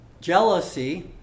Jealousy